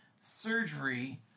surgery